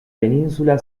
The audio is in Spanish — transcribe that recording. península